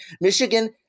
Michigan